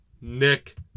Nick